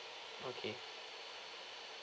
okay